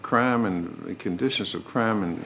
crime and conditions of crime and